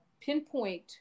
pinpoint